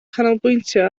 canolbwyntio